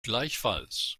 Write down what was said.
gleichfalls